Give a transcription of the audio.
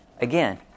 Again